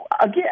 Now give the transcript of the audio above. again